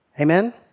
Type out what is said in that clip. Amen